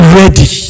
ready